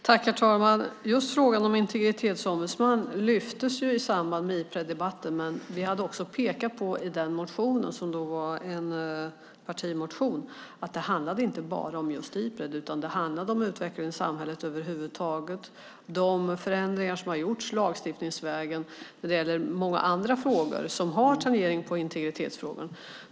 Herr talman! Frågan om en integritetsombudsman lyftes i samband med Ipreddebatten, men vi hade också påpekat i motionen, som var en partimotion, att det inte bara handlade om Ipred. Det handlade om utvecklingen i samhället över huvud taget, om de förändringar som har gjorts lagstiftningsvägen när det gäller många andra frågor som tangerar integritetsfrågan.